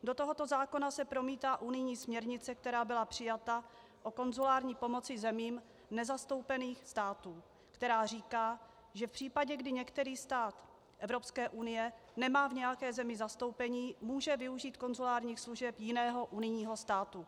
Do tohoto zákona se promítá unijní směrnice, která byla přijata, o konzulární pomoci zemím nezastoupených států, která říká, že v případě, kdy některý stát Evropské unie nemá v nějaké zemi zastoupení, může využít konzulárních služeb jiného unijního státu.